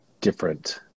different